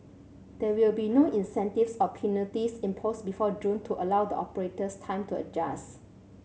there will be no incentives or penalties imposed before June to allow the operators time to adjust